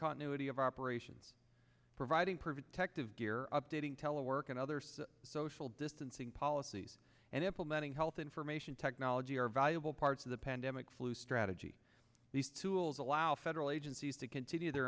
continuity of operations providing protective gear updating telework and others social distancing policies and implementing health information technology are valuable parts of the pandemic flu strategy these tools allow federal agencies to continue their